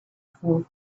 full